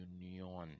union